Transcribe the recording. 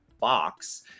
box